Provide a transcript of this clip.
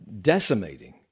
decimating